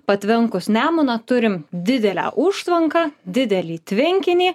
patvenkus nemuną turim didelę užtvanką didelį tvenkinį